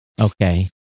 Okay